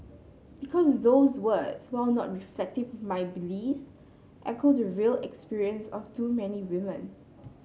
because those words while not reflective my beliefs echo the real experience of too many women